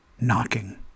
knocking